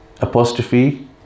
apostrophe